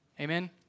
Amen